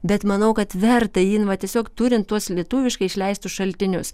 bet manau kad verta jį nu vat tiesiog turint tuos lietuviškai išleistus šaltinius